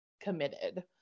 committed